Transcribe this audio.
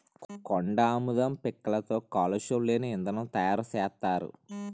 కొండాముదం పిక్కలతో కాలుష్యం లేని ఇంధనం తయారు సేత్తారు